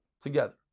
together